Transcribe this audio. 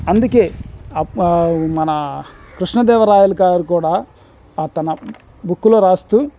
అందుకే మన కృష్ణదేవరాయలు గారు కూడా తన బుక్కులో రాస్తూ